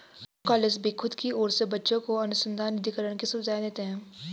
कुछ कॉलेज भी खुद की ओर से बच्चों को अनुसंधान निधिकरण की सुविधाएं देते हैं